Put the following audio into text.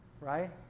Right